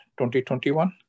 2021